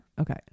Okay